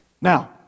Now